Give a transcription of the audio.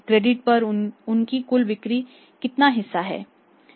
credit पर उनकी कुल बिक्री का कितना हिस्सा है